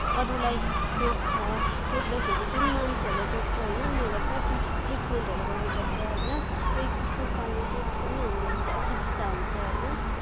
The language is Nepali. अरूलाई टोक्छ टोक्दाखेरि जुन मान्छेहरूलाई टोक्छ होइन उनीहरूलाई प्रायः ट्रिटमेन्टहरू गर्नुपर्छ होइन र यी कुकुर पाल्नु चाहिँ एकदमै हाम्रो लागि चाहिँ असुविस्ता हुन्छ होइन